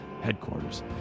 Headquarters